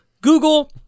Google